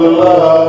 love